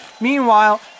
Meanwhile